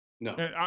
no